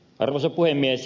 arvoisa puhemies